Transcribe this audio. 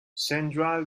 sandra